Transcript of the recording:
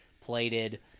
plated